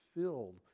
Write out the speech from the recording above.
filled